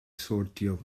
sortio